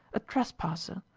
a trespasser,